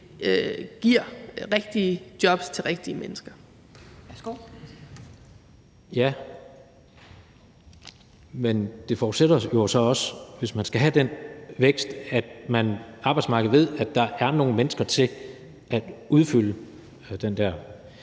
Kl. 15:20 Jens Rohde (KD): Ja, men det forudsætter jo så også, hvis man skal have den vækst, at arbejdsmarkedet ved, at der er nogle mennesker til at udfylde det.